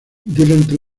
durante